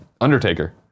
Undertaker